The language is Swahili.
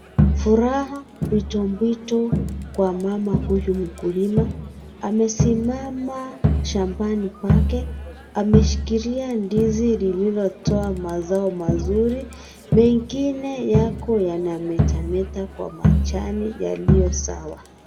Furaha mpwito mpwito kwa mama huyu mkulima amesimama shambani pake ameshikilia ndizi lililotoa mazao mazuri mengine yako yanameta meta kwa majani yaliyo sawa.